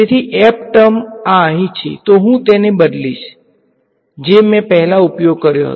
તેથી f term આ અહીં છે તો હું તેને બદલીશ જે મેં પહેલા ઉપયોગ કર્યો હતો